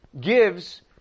gives